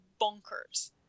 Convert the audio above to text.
bonkers